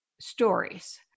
stories